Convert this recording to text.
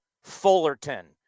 Fullerton